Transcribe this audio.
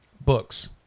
books